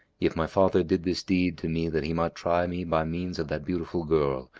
if my father did this deed to me that he might try me by means of that beautiful girl,